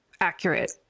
accurate